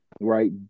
Right